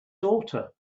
daughter